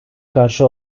karşı